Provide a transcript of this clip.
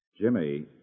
Jimmy